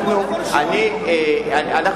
אני אחכה עד שתגמור את כל השימועים.